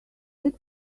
that